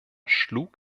schlug